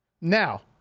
Now